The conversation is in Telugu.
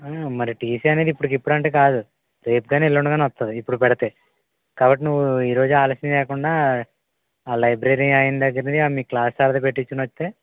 మరి టీసీ అనేది ఇప్పడికి ఇప్పుడు అంటే కాదు రేపు కానీ ఎల్లుండి కానీ వస్తుంది ఇప్పుడు పెడితే కాబట్టి నువ్వు ఈరోజు ఆలస్యం లేకుండా ఆ లైబ్రరీ అయన దగ్గరది మీ క్లాస్ సార్ది పెట్టించుకొని వస్తే